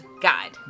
Guide